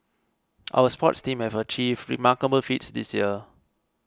our sports teams have achieved remarkable feats this year